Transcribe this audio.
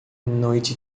noite